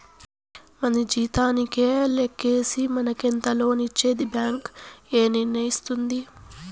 మన జీతానికే లెక్కేసి మనకెంత లోన్ ఇచ్చేది బ్యాంక్ ఏ నిర్ణయిస్తుంది